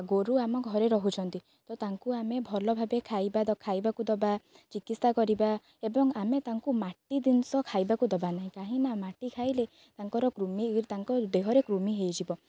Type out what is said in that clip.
ଗୋରୁ ଆମ ଘରେ ରହୁଛନ୍ତି ତ ତାଙ୍କୁ ଆମେ ଭଲ ଭାବେ ଖାଇବା ଖାଇବାକୁ ଦବା ଚିକିତ୍ସା କରିବା ଏବଂ ଆମେ ତାଙ୍କୁ ମାଟି ଜିନିଷ ଖାଇବାକୁ ଦବା ନାହିଁ କାହିଁକି ନା ମାଟି ଖାଇଲେ ତାଙ୍କର କୃମି ତାଙ୍କ ଦେହରେ କୃମି ହେଇଯିବ